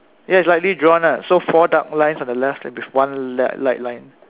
yes lightly drawn lah so four dark lines on the left and with one l~ light line